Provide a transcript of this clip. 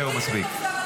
זהו, מספיק.